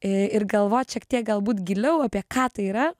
i ir galvot šiek tiek galbūt giliau apie ką tai yra